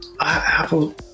Apple